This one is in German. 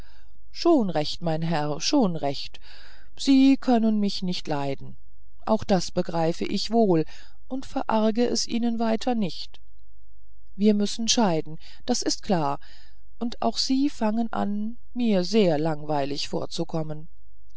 schon recht mein herr schon recht sie können mich nicht leiden auch das begreife ich wohl und verarge es ihnen weiter nicht wir müssen scheiden das ist klar und auch sie fangen an mir sehr langweilig vorzukommen